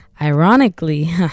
ironically